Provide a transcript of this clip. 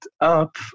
up